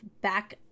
back